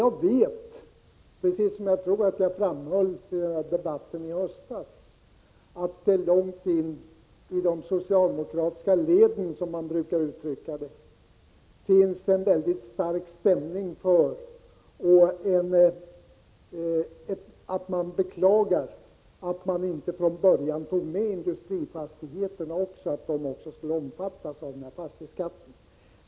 Jag vet — det tror jag att jag framhöll i debatten i höstas — att det långt in i de socialdemokratiska leden, som man brukar uttrycka det, finns en mycket stark stämning för detta; där beklagar man att inte industrifastigheterna från början omfattades av fastighetsskatten.